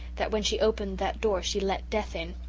that when she opened that door she let death in.